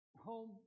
home